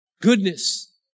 goodness